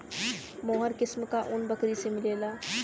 मोहेर किस्म क ऊन बकरी से मिलला